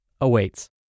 awaits